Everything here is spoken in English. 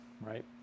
right